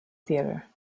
theatre